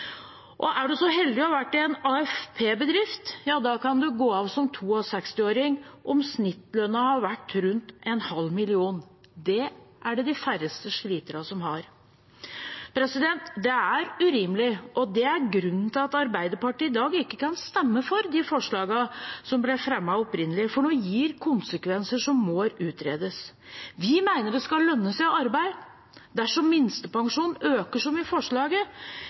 Er man så heldig å ha vært i en AFP-bedrift, kan man gå av som 62-åring om snittlønnen har vært rundt 500 000 kr Det er det de færreste av sliterne som har. Det er urimelig, og det er grunnen til at Arbeiderpartiet i dag ikke kan stemme for de forslagene som ble fremmet opprinnelig, for det gir konsekvenser som må utredes. Vi mener det skal lønne seg å arbeide. Dersom minstepensjonen økes som i forslaget,